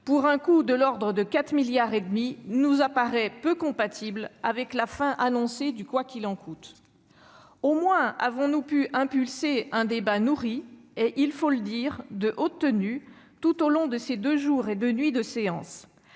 pour un coût de l'ordre de 4,5 milliards d'euros, nous paraît peu compatible avec la fin annoncée du « quoi qu'il en coûte ». Au moins avons-nous pu susciter un débat nourri et- il faut le dire -de haute tenue, tout au long de ces deux jours et deux nuits de séance,